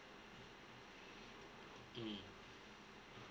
mm